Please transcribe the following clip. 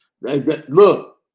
Look